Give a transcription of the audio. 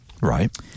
right